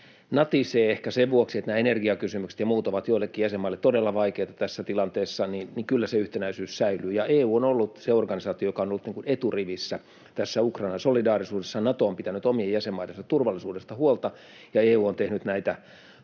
natisee, ehkä sen vuoksi, että nämä energiakysymykset ja muut ovat joillekin jäsenmaille todella vaikeita tässä tilanteessa, niin kyllä se yhtenäisyys säilyy. EU on ollut se organisaatio, joka on ollut eturivissä tässä Ukraina-solidaarisuudessa. Nato on pitänyt omien jäsenmaidensa turvallisuudesta huolta, ja EU on tehnyt näitä